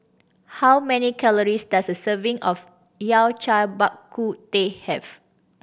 how many calories does a serving of Yao Cai Bak Kut Teh have